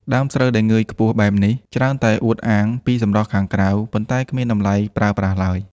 ដើមស្រូវដែលងើយខ្ពស់បែបនេះ ច្រើនតែអួតអាងពីសម្រស់ខាងក្រៅ ប៉ុន្តែគ្មានតម្លៃប្រើប្រាស់ឡើយ។